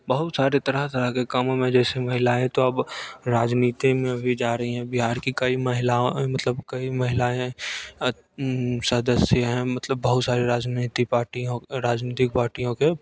बहुत सारे तरह तरह के कामों में जैसे महिलाएँ तो अब राजनीति में भी जा रही हैं बिहार की कई महिलाओं मतलब कई महिलाएँ सदस्य हैं मतलब बहुत सारे राजनीति पार्टियों राजनीतिक पार्टियों के